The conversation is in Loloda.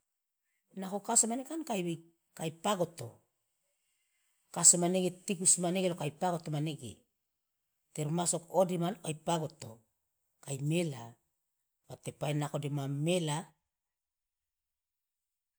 Nako kaso mane kan kai kai pagoto kaso manege tikus manege lo kai pagoto manege termasuk ode mane lo kai pagoto kai mela dema mela.